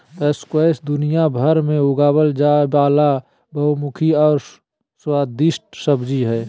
squash दुनियाभर में उगाल जाय वला बहुमुखी और स्वादिस्ट सब्जी हइ